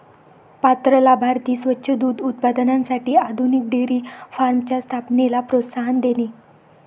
पात्र लाभार्थी स्वच्छ दूध उत्पादनासाठी आधुनिक डेअरी फार्मच्या स्थापनेला प्रोत्साहन देणे